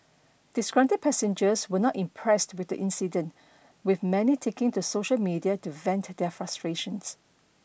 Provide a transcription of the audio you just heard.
disgruntled passengers were not impressed with the incident with many taking to social media to vent their frustrations